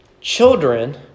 Children